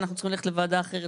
אנחנו צריכים ללכת לוועדה אחרת,